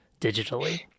digitally